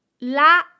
la